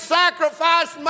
sacrifice